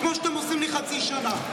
כמו שאתם עושים לי חצי שנה.